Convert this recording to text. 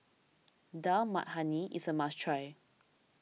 Dal Makhani is a must try